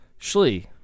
Shlee